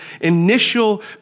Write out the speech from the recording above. initial